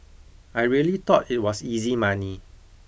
I really thought it was easy money